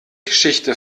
geschichte